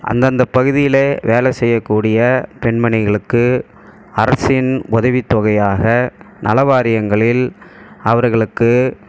அந்தந்த பகுதியிலே வேலை செய்யக்கூடிய பெண்மணிகளுக்கு அரசின் உதவித்தொகையாக நலவாரியங்களில் அவர்களுக்கு